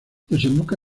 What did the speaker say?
desemboca